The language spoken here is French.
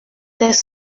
des